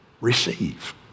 receive